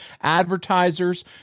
advertisers